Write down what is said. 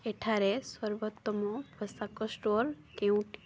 ଏଠାରେ ସର୍ବୋତ୍ତମ ପୋଷାକ ଷ୍ଟୋର୍ କେଉଁଟି